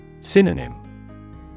Synonym